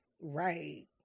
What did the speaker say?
Right